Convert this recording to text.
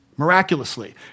miraculously